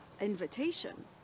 invitation